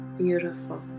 beautiful